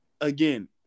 again